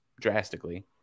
drastically